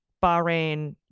bahrain,